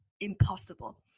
impossible